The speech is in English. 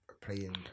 playing